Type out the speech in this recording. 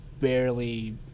barely